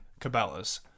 Cabela's